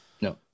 no